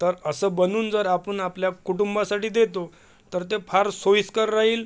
तर असं बनवून जर आपण आपल्या कुटुंबासाठी देतो तर ते फार सोईस्कर राहील